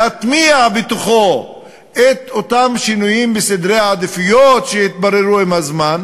להטמיע בתוכו את אותם שינויים בסדרי העדיפויות שהתבררו עם הזמן.